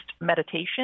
meditation